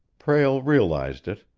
prale realized it.